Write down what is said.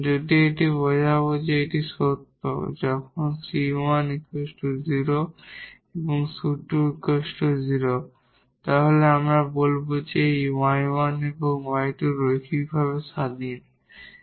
যদি এটি বোঝায় যে বা এটি সত্য যখন 𝑐1 0 এবং 𝑐2 0 তাহলে আমরা বলব যে এই 𝑦1 এবং 𝑦2 লিনিয়ারভাবে ইন্ডিপেন্ডেট